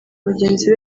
mugenzi